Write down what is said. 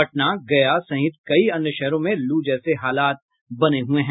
पटना गया सहित कई अन्य शहरों में लू जैसे हालात बने हुए हैं